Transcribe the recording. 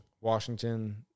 Washington